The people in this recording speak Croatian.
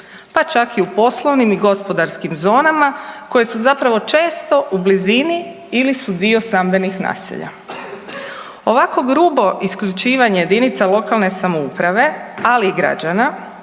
pa čak i u poslovnim i gospodarskim zonama koje su zapravo često u blizini ili su dio stambenih naselja. Ovako grubo isključivanje jedinica lokalne samouprave ali i građana,